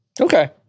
Okay